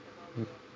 mm